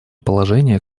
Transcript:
положения